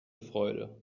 freude